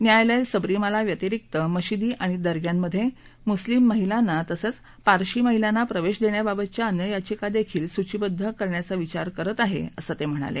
न्यायालय सबरीमाला व्यतिरिक्त मशिदी आणि दरग्यांमधे मुस्लिम महिलांना तसंच पारशी महिलांना प्रवेश देण्याबाबतच्या अन्य याचिका देखील सूचिबद्ध करण्याचा विचार करत आहे असं न्यायमूर्ती बोबडे म्हणाले